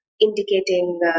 Indicating